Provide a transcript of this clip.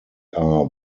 are